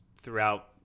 throughout